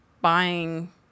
buying